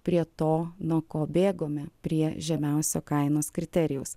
prie to nuo ko bėgome prie žemiausio kainos kriterijaus